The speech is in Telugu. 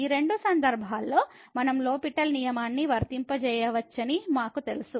ఈ రెండు సందర్భాల్లో మనం లో పిటెల్ L'Hospital నియమాన్ని వర్తింపజేయవచ్చని మాకు తెలుసు